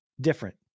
different